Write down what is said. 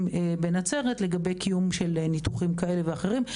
בנצרת לגבי קיום של ניתוחים כאלה ואחרים,